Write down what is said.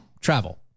travel